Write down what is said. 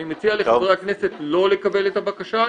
אני מציע לחברי הכנסת לא לקבל את הבקשה,